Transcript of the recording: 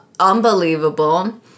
unbelievable